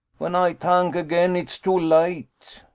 ven ay tank again, it's too late.